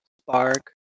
spark